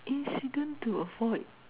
incident to avoid